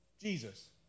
Jesus